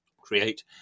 create